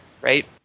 right